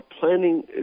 planning